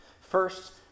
First